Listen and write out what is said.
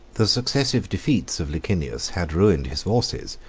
the successive defeats of licinius had ruined his forces,